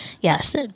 yes